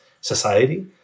society